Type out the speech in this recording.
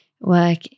work